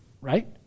right